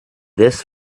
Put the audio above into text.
this